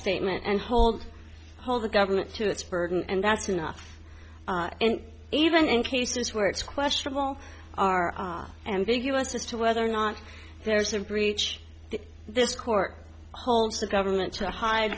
statement and hold hold the government to its burden and that's enough and even in cases where it's questionable are ambiguous as to whether or not there's a breach this court holds the government to hide